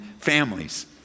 families